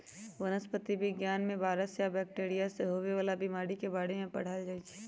वनस्पतिरोग विज्ञान में वायरस आ बैकटीरिया से होवे वाला बीमारी के बारे में पढ़ाएल जाई छई